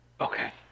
Okay